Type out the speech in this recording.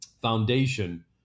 foundation